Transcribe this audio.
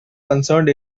concerned